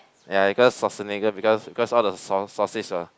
ya because Schwarzenegger because because all the sau~ sausage mah